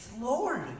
Lord